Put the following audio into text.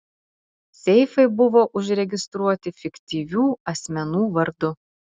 seifai buvo užregistruoti fiktyvių asmenų vardu